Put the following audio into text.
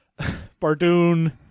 bardoon